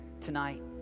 tonight